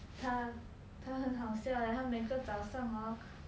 他他很好笑 leh 他每个早上 hor